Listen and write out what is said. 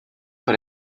per